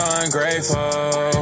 ungrateful